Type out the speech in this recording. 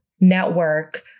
network